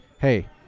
hey